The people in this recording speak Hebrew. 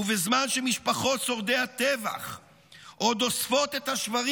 ובזמן שמשפחות שורדי הטבח עוד אוספות את השברים